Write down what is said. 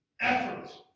effort